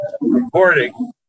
recording